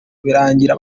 birangira